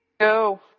Go